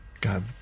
God